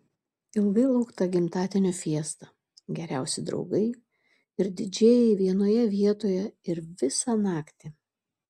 ilgai laukta gimtadienio fiesta geriausi draugai ir didžėjai vienoje vietoje ir visą naktį